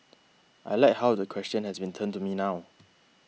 I like how the question has been turned to me now